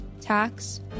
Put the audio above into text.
tax